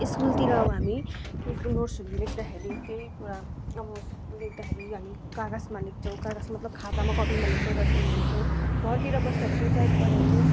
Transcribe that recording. स्कुलतिर अब हामी केही नोट्सहरू लेख्दाखेरि केही कुरा अब लेख्दाखेरि हामी कागजमा लेख्छौँ कागज मतलब खातामा कपिमा लेख्छौँ डट्पेनले लेख्छौँ घरतिर बस्दाखेरि केही टाइप गऱ्यो भने